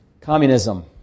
Communism